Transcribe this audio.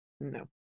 No